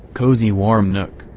cozy warm nook,